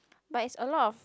but is a lot of